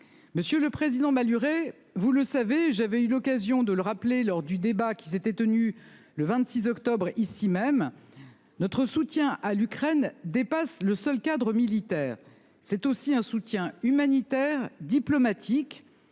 Monsieur le Président Maluret, vous le savez, j'avais eu l'occasion de le rappeler lors du débat qui s'était tenue le 26 octobre. Ici même notre soutien à l'Ukraine dépasse le seul cadre militaire, c'est aussi un soutien humanitaire diplomatique.